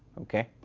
okay.